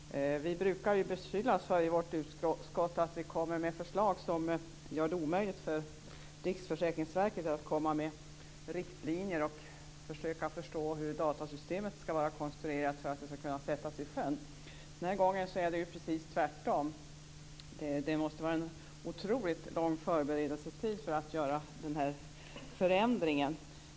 Fru talman! Vårt utskott brukar ju beskyllas för att komma med förslag som gör det omöjligt för Riksförsäkringsverket att komma med riktlinjer och försöka förstå hur datasystemet skall vara konstruerat för att kunna sättas i sjön. Den här gången är det precis tvärtom. Det måste vara en otroligt lång förberedelsetid för att göra den här förändringen.